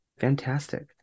fantastic